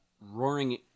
roaring